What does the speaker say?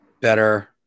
better